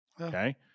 Okay